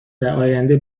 درآینده